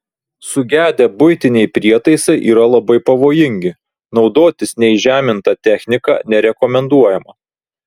sugedę buitiniai prietaisai yra labai pavojingi naudotis neįžeminta technika nerekomenduojama